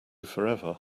forever